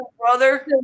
brother